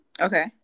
okay